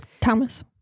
Thomas